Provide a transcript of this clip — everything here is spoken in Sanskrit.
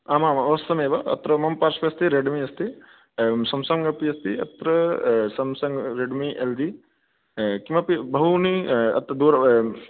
आम् आम् आम् अवश्यमेव अत्र मम पार्श्वे अस्ति रेड् मि अस्ति सम्सङ्ग् अपि अस्ति अत्र सम्सङ्ग् रेड्मि एल्जी किमपि बहूनि अत्र दूर